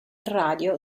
radio